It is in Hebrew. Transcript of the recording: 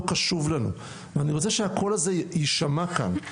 קשוב לנו' ואני רוצה שהקול הזה יישמע כאן.